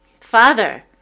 Father